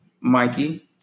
Mikey